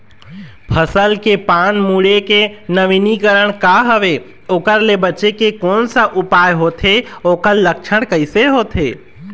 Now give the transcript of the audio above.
फसल के पान मुड़े के नवीनीकरण का हवे ओकर ले बचे के कोन सा उपाय होथे ओकर लक्षण कैसे होथे?